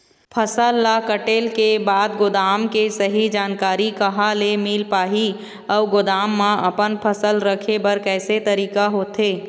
फसल ला कटेल के बाद गोदाम के सही जानकारी कहा ले मील पाही अउ गोदाम मा अपन फसल रखे बर कैसे तरीका होथे?